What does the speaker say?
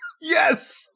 yes